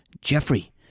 Jeffrey